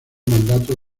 mandato